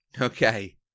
Okay